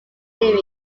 series